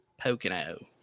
Pocono